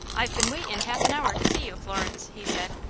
i've been waitin' half an hour to see you, florence, he said.